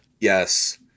yes